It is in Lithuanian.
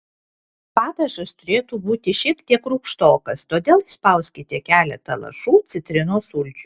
padažas turėtų būti šiek tiek rūgštokas todėl įspauskite keletą lašų citrinos sulčių